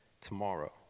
tomorrow